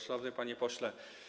Szanowny Panie Pośle!